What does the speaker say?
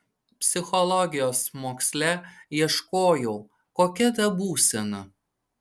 psichologijos moksle ieškojau kokia ta būsena